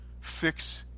fix